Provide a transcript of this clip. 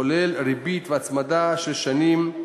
כולל ריבית והצמדה של שנים,